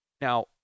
Now